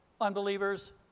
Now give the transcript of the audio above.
unbelievers